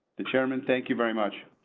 the chairman, thank you very much.